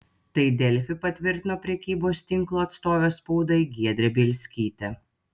tai delfi patvirtino prekybos tinklo atstovė spaudai giedrė bielskytė